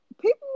People